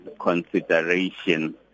consideration